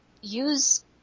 use